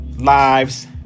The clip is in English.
lives